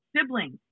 siblings